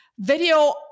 Video